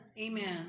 Amen